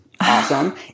Awesome